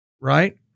right